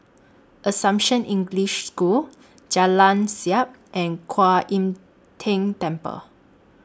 Assumption English School Jalan Siap and Kwan Im Tng Temple